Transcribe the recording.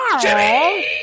Jimmy